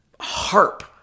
harp